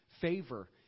favor